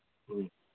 ꯎꯝ